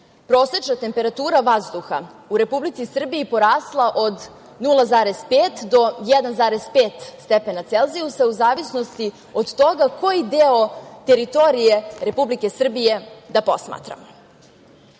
prosečna temperatura vazduha u Republici Srbiji porasla od 0,5 do 1,5 stepena Celzijusa, u zavisnosti od toga koji deo teritorije Republike Srbije da posmatramo. Antropogeni